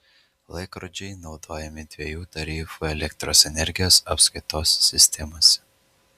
laikrodžiai naudojami dviejų tarifų elektros energijos apskaitos sistemose